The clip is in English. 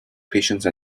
patience